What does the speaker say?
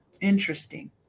interesting